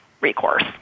recourse